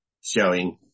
showing